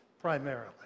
primarily